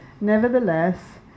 Nevertheless